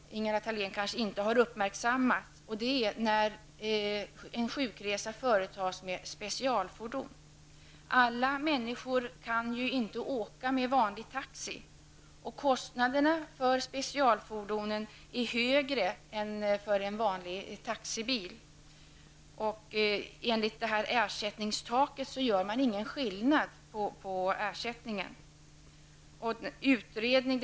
Ingela Thalén har kanske inte uppmärksammat det. Det gäller de sjukresor som företas med specialfordon. Alla människor kan inte åka med vanlig taxi. Kostnaderna för specialfordonen är högre än för en vanlig taxibil. När det gäller ersättningstaket gör man ingen skillnad på ersättningen.